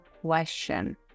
question